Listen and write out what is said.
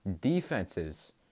defenses